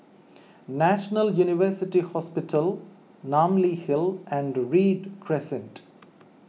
National University Hospital Namly Hill and Read Crescent